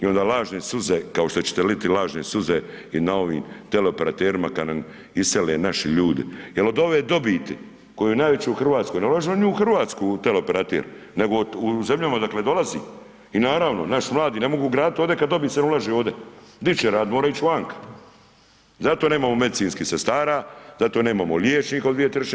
I onda lažne suze, kao što ćete liti lažne suze na ovim teleoperaterima kad nam isele naše ljude jer odo ove dobiti koja je najveća u Hrvatskoj, ne ulože oni u Hrvatsku, teleoperater, nego u zemljama odakle dolazi i naravno, naši mladi ne mogu graditi ovdje kad dobit se ne ulaže ovdje, di će radit, moraju ić vanka, zato nemamo medicinskih sestara, zato nemamo liječnika u 2/